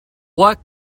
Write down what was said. what